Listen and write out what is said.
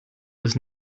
was